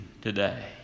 today